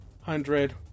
Hundred